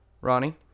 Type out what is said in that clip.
Ronnie